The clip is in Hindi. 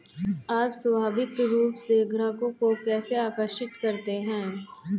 आप स्वाभाविक रूप से ग्राहकों को कैसे आकर्षित करते हैं?